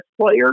player